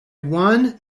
one